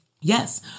Yes